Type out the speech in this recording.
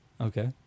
Okay